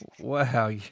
Wow